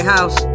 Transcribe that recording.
House